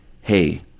hey